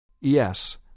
Yes